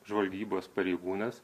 žvalgybos pareigūnas